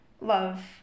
love